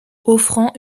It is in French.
offrant